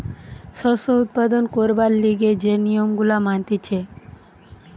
শস্য উৎপাদন করবার লিগে যে নিয়ম গুলা মানতিছে